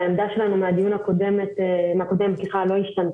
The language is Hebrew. העמדה שלנו מן הדיון הקודם לא השתנתה.